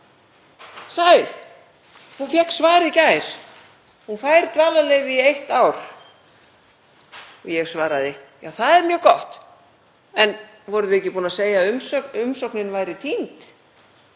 en voru þau ekki búin að segja að umsóknin væri týnd? Jú, en nú var hún ekki týnd. Ég held, frú forseti, að þetta sé merki um að það sé kannski kominn tími til að